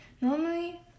Normally